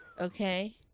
okay